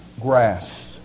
grass